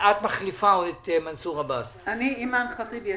את מחליפה את מנסור עבאס אימאן ח'טיב יאסין.